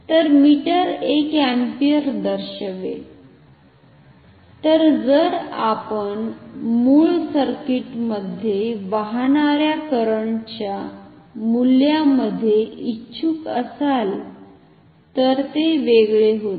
तर meter 1 ampere दर्शवेल तर जर आपण मूळ सर्किटमध्ये वाहणार्या करंटच्या मूल्या मधे इछुक असाल तर ते वेगळे होते